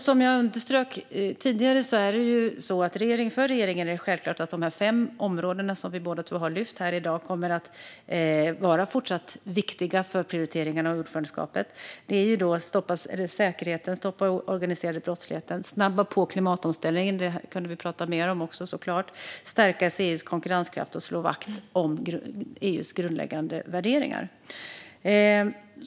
Som jag underströk tidigare är det självklart för regeringen att de fem områden som vi båda har lyft här i dag kommer att vara fortsatt viktiga för prioriteringarna för ordförandeskapet: säkerheten, att stoppa den organiserade brottsligheten, att snabba på klimatomställningen - det kunde vi såklart prata mer om - att stärka EU:s konkurrenskraft och att slå vakt om EU:s grundläggande värderingar.